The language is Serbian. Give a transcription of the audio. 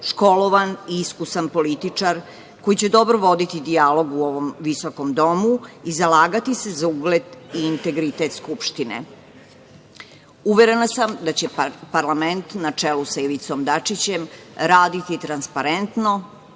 školovan i iskusan političar koji će dobro voditi dijalog u ovom visokom domu i zalagati se za ugled i integritet Skupštine. Uverena sam da će parlament na čelu sa Ivicom Dačićem raditi transparentno,